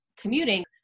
commuting